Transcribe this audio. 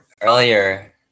earlier